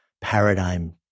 paradigm